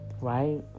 right